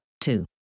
two